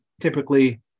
typically